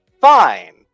fine